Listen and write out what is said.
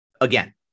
again